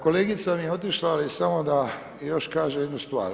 Kolegica mi je otišla ali samo da još kažem jednu stvar.